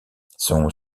son